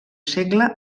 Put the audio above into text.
segle